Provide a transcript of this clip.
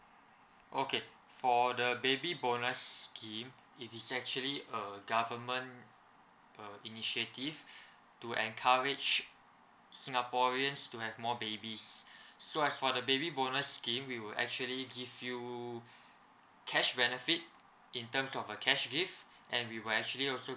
okay for the baby bonus scheme it is actually a government uh initiative to encourage singaporeans to have more babies so as for the baby bonus scheme we will actually give you cash benefit in terms of a cash gift and we will actually also